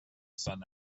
sun